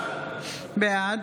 בעד